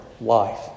life